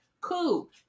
Cool